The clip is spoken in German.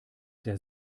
der